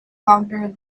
longer